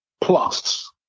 plus